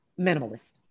Minimalist